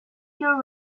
you